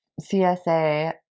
CSA